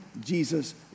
Jesus